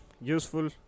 useful